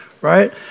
right